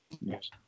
Yes